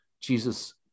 jesus